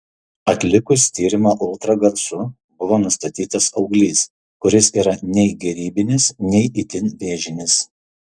atlikus tyrimą ultragarsu buvo nustatytas auglys kuris yra nei gerybinis nei itin vėžinis